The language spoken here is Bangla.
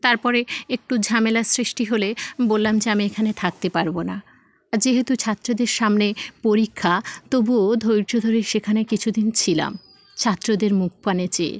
তারপরে একটু ঝামেলার সৃষ্টি হলে বললাম যে আমি এখানে থাকতে পারব না আর যেহেতু ছাত্রীদের সামনে পরীক্ষা তবুও ধৈর্য ধরে সেখানে কিছু দিন ছিলাম ছাত্রদের মুখপানে চেয়ে